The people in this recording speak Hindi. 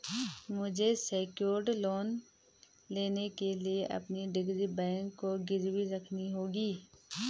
मुझे सेक्योर्ड लोन लेने के लिए अपनी डिग्री बैंक को गिरवी रखनी होगी